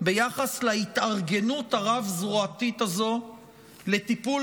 ביחס להתארגנות הרב-זרועית הזאת לטיפול